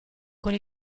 con